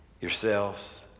yourselves